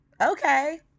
Okay